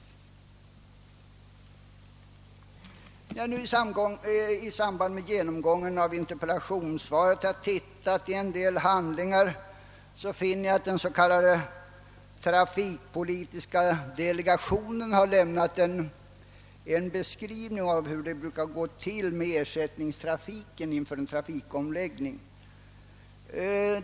När jag i samband med genomgången av interpellationssvaret tittade i en del handlingar fann jag att den s.k. trafikpolitiska delegationen lämnat en beskrivning av hur det brukar gå med ersättningstrafiken inför en trafikomläggning.